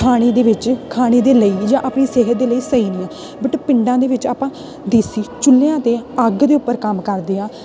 ਖਾਣੇ ਦੇ ਵਿੱਚ ਖਾਣੇ ਦੇ ਲਈ ਜਾਂ ਆਪਣੀ ਸਿਹਤ ਦੇ ਲਈ ਸਹੀ ਨਹੀਂ ਆ ਬਟ ਪਿੰਡਾਂ ਦੇ ਵਿੱਚ ਆਪਾਂ ਦੇਸੀ ਚੁੱਲ੍ਹਿਆਂ 'ਤੇ ਅੱਗ ਦੇ ਉੱਪਰ ਕੰਮ ਕਰਦੇ ਹਾਂ